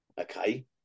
Okay